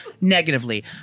negatively